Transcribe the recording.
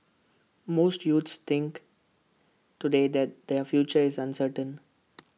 most youths think today that their future is uncertain